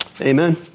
Amen